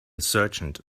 sergeant